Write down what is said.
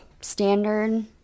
standard